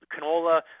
canola